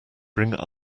bring